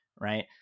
right